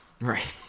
Right